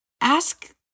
ask